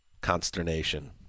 consternation